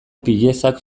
piezak